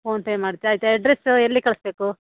PhonePe ಮಾಡ್ತೀರಾ ಆಯಿತು address ಎಲ್ಲಿ ಕಳಿಸ್ಬೇಕು